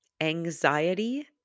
Anxiety